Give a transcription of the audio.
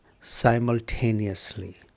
simultaneously